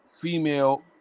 female